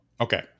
Okay